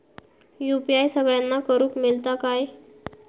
UPI सगळ्यांना करुक मेलता काय?